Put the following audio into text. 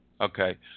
Okay